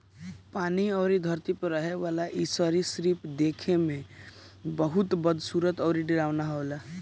पानी अउरी धरती पे रहेवाला इ सरीसृप देखे में बहुते बदसूरत अउरी डरावना होला